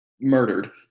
murdered